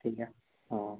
ठीक है हाँ